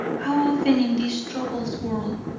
how often in this troublous world,